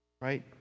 Right